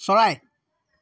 চৰাই